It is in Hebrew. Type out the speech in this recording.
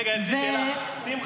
רגע, יש לי שאלה.